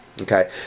okay